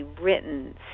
written